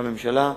בממשלה,